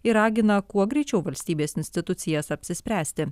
ir ragina kuo greičiau valstybės institucijas apsispręsti